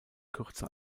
kürzer